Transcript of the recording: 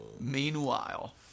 Meanwhile